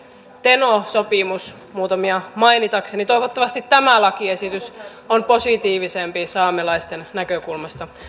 teno sopimus muutamia mainitakseni toivottavasti tämä lakiesitys on positiivisempi saamelaisten näkökulmasta